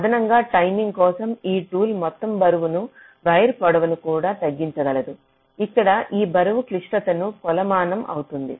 అదనంగా టైమింగ్ కోసం ఈ టూల్ మొత్తం బరువున్న వైర్ పొడవును కూడా తగ్గించగలదు ఇక్కడ ఈ బరువు క్లిష్టతకు కొలమానం అవుతుంది